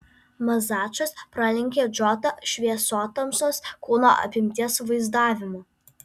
mazačas pralenkė džotą šviesotamsos kūno apimties vaizdavimu